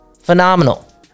phenomenal